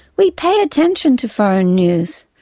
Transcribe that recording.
we pay attention to foreign news,